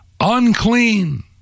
Unclean